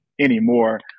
anymore